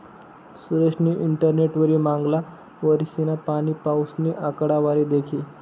सुरेशनी इंटरनेटवरी मांगला वरीसना पाणीपाऊसनी आकडावारी दखी